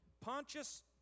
Pontius